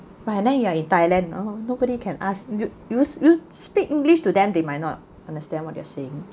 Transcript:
but and then you are in thailand you know nobody can ask you y~ you speak english to them they might not understand what you're saying